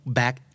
back